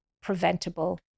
preventable